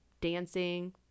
dancing